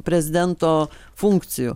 prezidento funkcijų